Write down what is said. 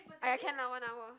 !aiya! can lah one hour